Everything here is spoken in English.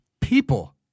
People